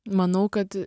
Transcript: manau kad